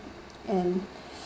and